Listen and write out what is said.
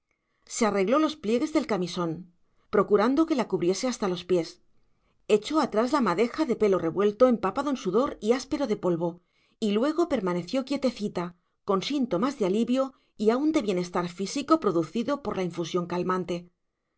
se arregló los pliegues del camisón procurando que la cubriese hasta los pies echó atrás la madeja de pelo revuelto empapado en sudor y áspero de polvo y luego permaneció quietecita con síntomas de alivio y aun de bienestar físico producido por la infusión calmante